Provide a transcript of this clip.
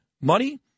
money